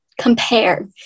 compare